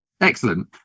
Excellent